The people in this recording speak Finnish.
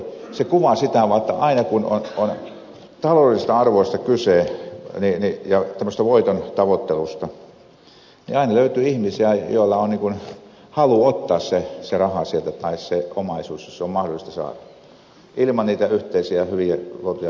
se kuvaa sitä vaan että aina kun on taloudellisista arvoista kyse ja voiton tavoittelusta niin aina löytyy ihmisiä joilla on halu ottaa se raha sieltä tai se omaisuus jos se on mahdollista saada ilman yhteisesti luotuja hyviä pelisääntöjä